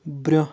برٛونٛہہ